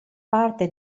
parte